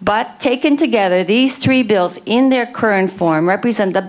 but taken together these three bills in their current form represent the